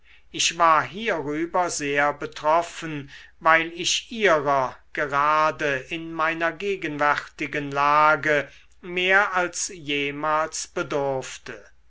ich war hierüber sehr betroffen weil ich ihrer gerade in meiner gegenwärtigen lage mehr als jemals bedurfte